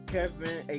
Kevin